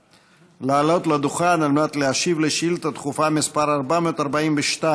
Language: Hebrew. לעלות לדוכן על מנת להשיב על שאילתה דחופה מס' 442,